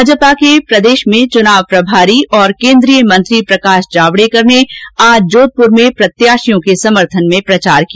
भाजपा के प्रदेश मे चुनाव प्रभारी और केन्द्रीय मंत्री प्रकाश जावडेकर ने आज जोधपुर में प्रत्याशियों के समर्थन में प्रचार किया